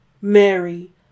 Mary